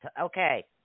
Okay